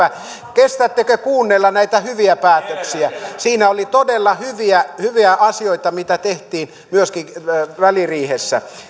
kestättekö kuunnella näitä hyviä päätöksiä siinä oli todella hyviä hyviä asioita mitä myöskin tehtiin väliriihessä